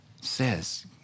says